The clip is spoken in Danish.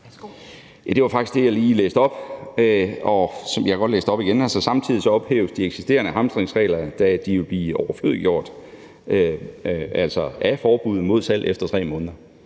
Det var faktisk det, jeg lige læste op. Jeg kan godt læse det op igen: Samtidig ophæves de eksisterende hamstringsregler, da de vil blive overflødiggjort af forbuddet mod salg efter 3 måneder.